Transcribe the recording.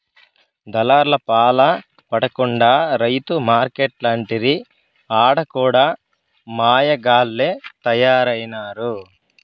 దళార్లపాల పడకుండా రైతు మార్కెట్లంటిరి ఆడ కూడా మాయగాల్లె తయారైనారు